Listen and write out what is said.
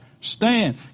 stand